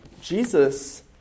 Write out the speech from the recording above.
Jesus